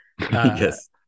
yes